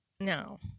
No